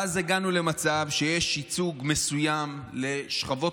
ואז הגענו למצב שיש ייצוג מסוים לשכבות